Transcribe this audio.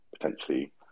potentially